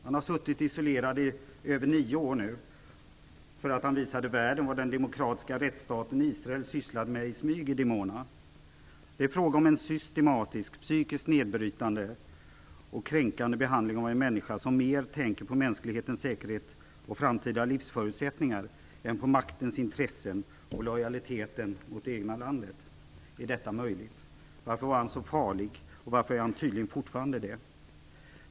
Han har nu suttit isolerad i över nio år för att han visade världen vad den demokratiska rättsstaten Israel sysslade med i smyg i Dimona. Det är fråga om en systematisk, psykiskt nedbrytande och kränkande behandling av en människa som mer tänker på mänsklighetens säkerhet och framtida livsförutsättningar än på maktens intressen och lojaliteten mot det egna landet. Är detta möjligt? Varför var han så farlig och varför är han tydligen fortfarande det?